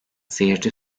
seyirci